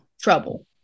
trouble